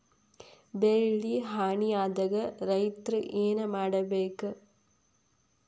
ಬೆಳಿ ಹಾನಿ ಆದಾಗ ರೈತ್ರ ಏನ್ ಮಾಡ್ಬೇಕ್?